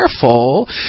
careful